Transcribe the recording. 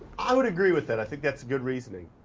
i would agree with that. i think that's a good reasoning.